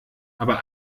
aber